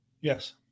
Yes